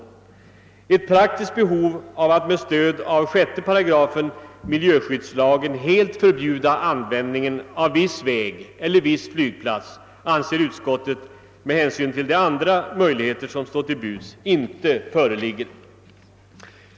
Något praktiskt behov av att med stöd av 6 § miljöskydds lagen helt förbjuda användningen av viss väg eller viss flygplats anser utskottet inte föreligga med hänsyn till de andra möjligheter som står till buds.